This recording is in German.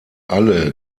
alle